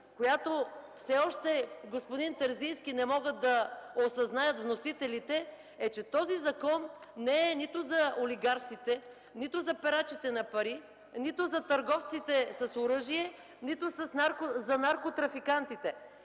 която все още не могат да осъзнаят вносителите, е, че този закон не е нито за олигарсите, нито за перачите на пари, нито за търговците с оръжие, нито за наркотрафикантите.